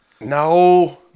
No